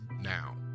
now